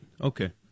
Okay